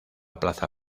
plaza